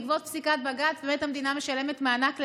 ובעקבות פסיקת בג"ץ המדינה משלמת מענק לידה,